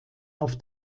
auf